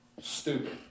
Stupid